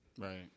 Right